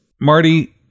Marty